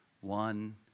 one